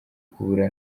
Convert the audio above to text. kubura